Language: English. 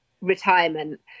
retirement